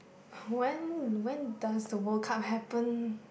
when when does the World Cup happen